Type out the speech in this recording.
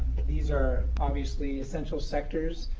these are obviously essential sectors,